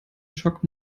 schock